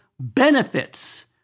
benefits